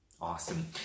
Awesome